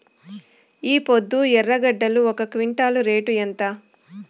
ఈపొద్దు ఎర్రగడ్డలు ఒక క్వింటాలు రేటు ఎంత?